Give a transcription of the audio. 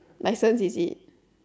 license is it